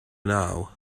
now